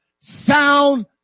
sound